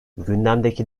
gündemdeki